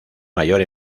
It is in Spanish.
mayor